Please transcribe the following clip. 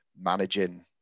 managing